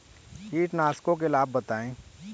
कीटनाशकों के लाभ बताएँ?